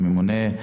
לממונה,